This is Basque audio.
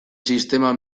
sistema